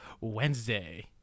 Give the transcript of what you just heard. Wednesday